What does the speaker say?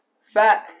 fat